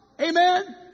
Amen